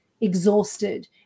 exhausted